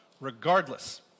regardless